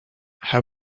how